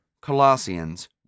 Colossians